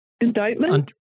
indictment